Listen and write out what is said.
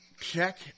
Check